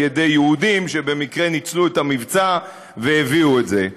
על ידי יהודים שבמקרה ניצלו את המבצע והביאו את זה.